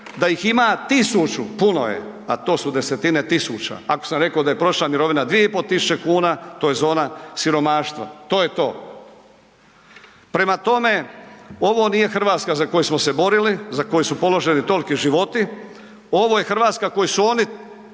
Da ih ima 1000 puno je, a to su desetine tisuća. Ako sam rekao da je prosječna mirovina 2.500,00 kn, to je zona siromaštva, to je to. Prema tome, ovo nije RH za koju smo se borili, za koju su položeni toliki životi, ovo je RH koju su oni,